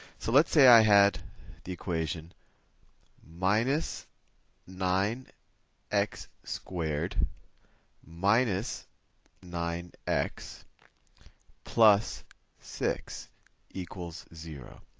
so let's say i had the equation minus nine x squared minus nine x plus six equals zero.